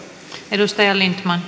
arvoisa